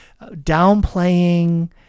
downplaying